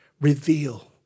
Reveal